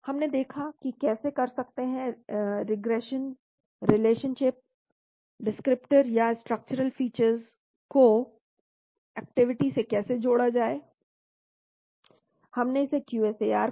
हमने देखा कि कैसे कर सकते हैं रिग्रेशन 9regression रिलेशनशिप डिस्क्रिप्टर या स्ट्रक्चरल फीचर्स को एक्टिविटी से कैसे जोड़ा जाए हमने इसे QSAR कहा